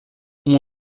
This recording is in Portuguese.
uma